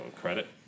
Credit